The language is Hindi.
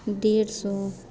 डेढ़ सौ